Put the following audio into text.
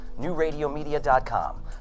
NewRadioMedia.com